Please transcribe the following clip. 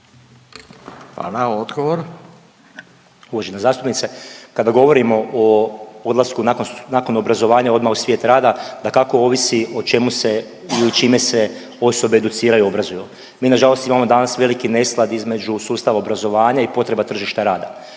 Darijo** Uvažena zastupnice, kada govorimo o odlasku nakon obrazovanja odmah u svijet rada, dakako ovisi o čemu se ili čime se osobe educiraju i obrazuju. Mi nažalost imamo danas veliki nesklad između sustava obrazovanja i potreba tržišta rada.